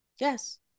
Yes